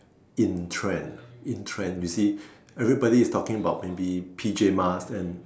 in trend in trend you see everybody is talking about maybe P_J mask and